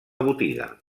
botiga